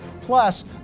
Plus